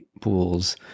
pools